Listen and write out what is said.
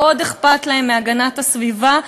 מאוד אכפת להם מהגנת הסביבה,